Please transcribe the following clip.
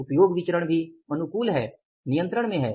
उपयोग विचरण भी अनुकूल है नियंत्रण में है